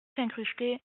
s’incruster